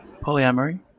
polyamory